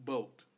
Boat